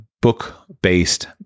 book-based